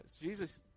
Jesus